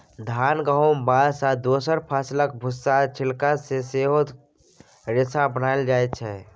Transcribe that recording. धान, गहुम, बाँस आ दोसर फसलक भुस्सा या छिलका सँ सेहो रेशा बनाएल जाइ छै